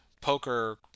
poker